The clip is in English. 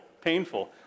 Painful